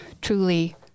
truly